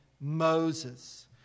Moses